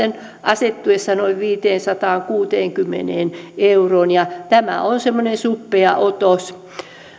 asettuessa noin viiteensataankuuteenkymmeneen euroon tämä on semmoinen suppea otos